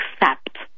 accept